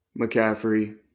McCaffrey